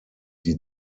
die